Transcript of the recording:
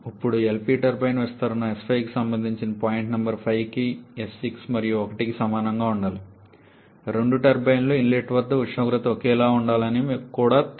ఇప్పుడు LP turbine విస్తరణ s5కి సంబంధించి పాయింట్ నంబర్ 5కి s6 మరియు 1కి సమానంగా ఉండాలి రెండు టర్బైన్లకు ఇన్లెట్ వద్ద ఉష్ణోగ్రత ఒకేలా ఉండాలని కూడా మీకు తెలుసు